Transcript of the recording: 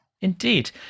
Indeed